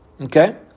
Okay